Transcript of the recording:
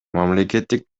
мамлекеттик